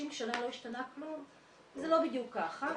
שנה לא השתנה כלום זה לא בדיוק ככה.